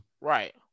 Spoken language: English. Right